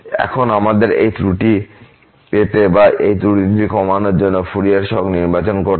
এখন আমাদের এই ত্রুটি পেতে বা এই ত্রুটিটি কমানোর জন্য ফুরিয়ার সহগ নির্বাচন করতে হবে